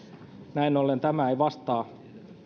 näin ollen tämä ei vastaa